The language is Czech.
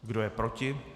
Kdo je proti?